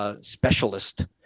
specialist